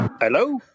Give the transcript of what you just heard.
Hello